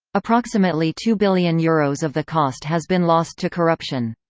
approximately two billion euros of the cost has been lost to corruption